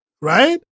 right